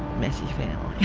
messy family